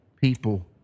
people